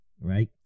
right